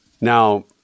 Now